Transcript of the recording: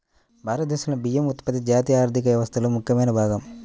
భారతదేశంలో బియ్యం ఉత్పత్తి జాతీయ ఆర్థిక వ్యవస్థలో ముఖ్యమైన భాగం